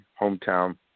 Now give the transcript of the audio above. hometown